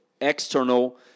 External